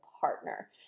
partner